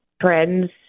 trends